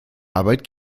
arbeit